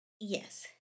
Yes